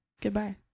goodbye